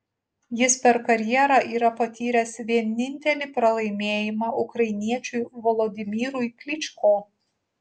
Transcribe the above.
jis per karjerą yra patyręs vienintelį pralaimėjimą ukrainiečiui volodymyrui klyčko